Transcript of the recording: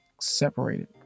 separated